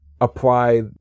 Apply